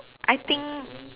I think